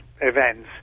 events